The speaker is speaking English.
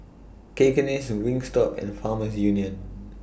Cakenis Wingstop and Farmers Union